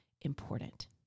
important